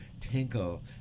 tinkle